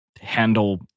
handle